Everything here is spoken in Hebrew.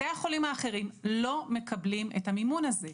בתי החולים האחרים לא מקבלים את המימון הזה.